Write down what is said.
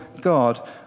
God